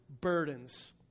burdens